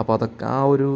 അപ്പം അതൊക്കെ ആ ഒരു